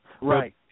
Right